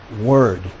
Word